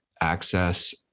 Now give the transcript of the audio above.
access